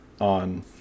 on